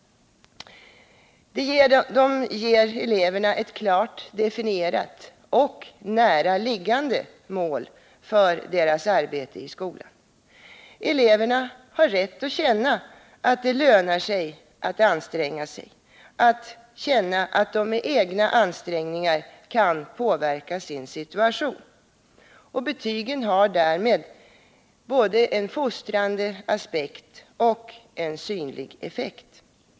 De ger eleverna ett klart definierat och näraliggande mål för deras arbete i skolan. Eleverna har rätt att känna att det lönar sig att anstränga sig, att känna att de med egna ansträngningar kan påverka sin situation. Betygen har därmed både en fostrande aspekt och en synlig effekt.